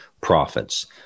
prophets